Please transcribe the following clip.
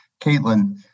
Caitlin